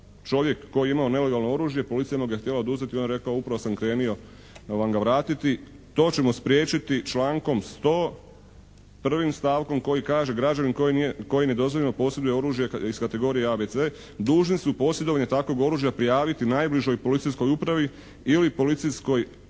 čovjek koji je imao nelegalno oružje, policija mu ga je htjela oduzeti, on je rekao upravo sam krenio vam ga vratiti. To ćemo spriječiti člankom 100., 1. stavkom koji kaže: "građanin koji nedozvoljeno posjeduje oružje iz kategorije A, B, C dužni su posjedovanje takvog oružja prijaviti najbližoj policijskoj upravi ili policijskoj